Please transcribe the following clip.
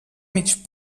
mig